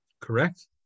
Correct